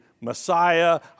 Messiah